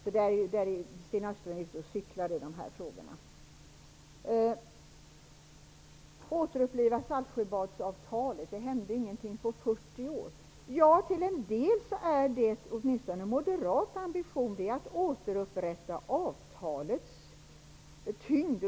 Sten Östlund är ute och cyklar i den frågan. Sten Östlund talade om att uppliva Saltsjöbadsavtalet och att det inte hände någonting på 40 år. Till en del är det åtminstone en moderat ambition att återupprätta avtalets tyngd.